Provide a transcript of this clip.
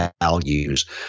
values